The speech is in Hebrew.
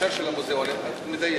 בהקשר של המוזיאונים את מדייקת,